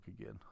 again